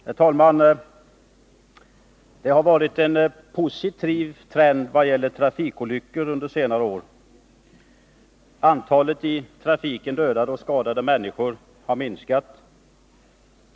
Herr talman! Det har varit en positiv trend vad gäller trafikolyckor under senare år. Antalet i trafiken dödade och skadade människor har minskat.